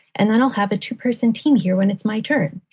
and then i'll have a two person team here when it's my turn.